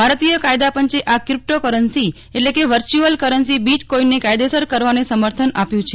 ભારતીય કાયદાપંચે આ ક્રીપ્ટોકરન્સી એટલે કે વર્ચ્યુઅલ કરન્સી બીટકોઈનને કાયદેસર કરવાને સમર્થન આપ્યું છે